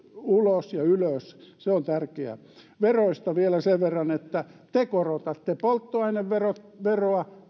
ulos ja ylös se on tärkeää veroista vielä sen verran että te korotatte polttoaineveroa